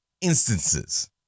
instances